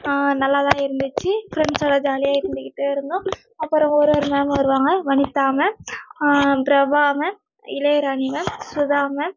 நல்லா தான் இருந்துச்சு ஃப்ரெண்ட்ஸோட ஜாலியாக இருந்துக்கிட்டே இருந்தோம் அப்புறம் ஒரு ஒரு மேம் வருவாங்க Vanitha ma'am Prabha ma'am Ilaya Rani ma'am Sudha ma'am